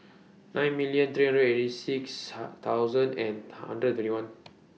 nine million three hundred eighty six thousand and hundred and twenty one